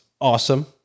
awesome